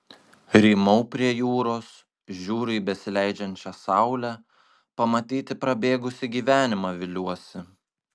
rymau prie jūros žiūriu į besileidžiančią saulę pamatyti prabėgusį gyvenimą viliuosi